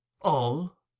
All